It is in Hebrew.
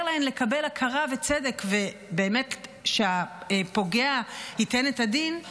להן לקבל הכרה וצדק ובאמת שהפוגע ייתן את הדין,